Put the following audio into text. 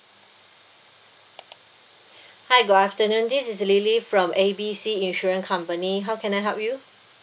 hi good afternoon this is lily from A B C insurance company how can I help you